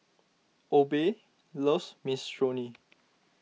Obe loves Minestrone